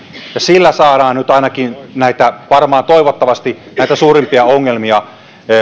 työlupaprosessien hitaus sillä saadaan nyt ainakin varmaan toivottavasti näitä suurimpia ongelmia